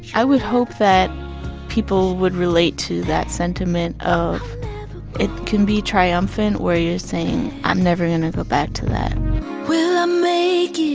i would hope that people would relate to that sentiment of it can be triumphant, where you're saying i'm never going to go back to that will i make it?